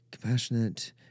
compassionate